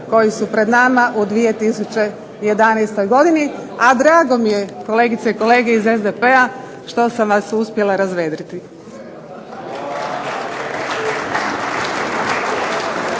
koji su pred nama u 2011. godini. A drago mi je kolegice i kolege iz SDP-a što sam vas uspjela razvedriti.